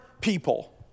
people